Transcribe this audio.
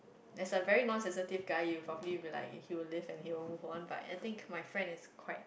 as a very non sensitive guy you'll probably like he will leave and he will move on but I think my friend is quite